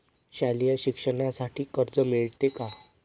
शालेय शिक्षणासाठी कर्ज मिळते का?